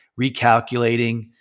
Recalculating